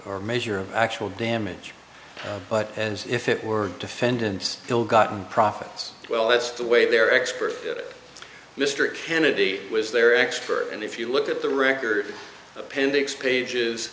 or measure of actual damage but as if it were defendant's ill gotten profits well that's the way their expert mr kennedy was their expert and if you look at the record appendix pages